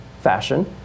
fashion